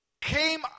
came